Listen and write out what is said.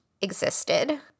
existed